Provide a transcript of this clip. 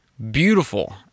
beautiful